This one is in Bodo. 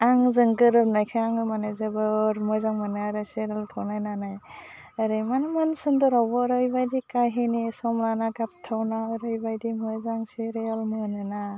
आंजों गोरोबनायखाय आङो माने जोबोद मोजां मोनो आरो सिरियालखौ नायनानै ओरैमोन मोन सोन्दोरावबो ओरैबायदि खाहिनि समाना गाबथावना ओरैबायदि मोजां सिरियाल मोनोना